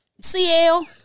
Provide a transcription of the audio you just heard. CL